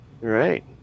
Right